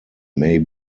may